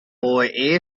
boy